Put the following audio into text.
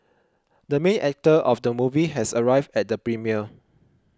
the main actor of the movie has arrived at the premiere